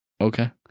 Okay